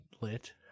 Lit